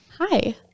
Hi